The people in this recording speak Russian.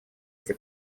эти